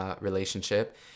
relationship